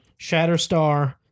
Shatterstar